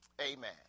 Amen